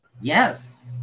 yes